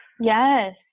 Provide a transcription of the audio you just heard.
Yes